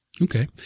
Okay